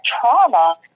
trauma